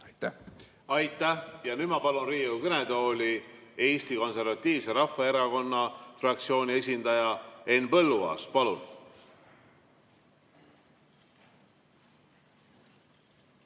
Aitäh! Aitäh! Ja nüüd ma palun Riigikogu kõnetooli Eesti Konservatiivse Rahvaerakonna fraktsiooni esindaja Henn Põlluaasa. Palun,